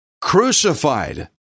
crucified